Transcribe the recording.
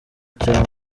cya